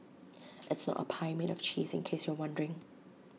it's not A pie made of cheese in case you're wondering